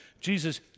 Jesus